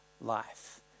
life